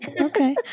Okay